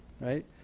right